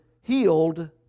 healed